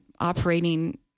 operating